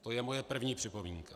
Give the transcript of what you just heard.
To je moje první připomínka.